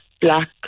black